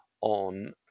on